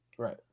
Right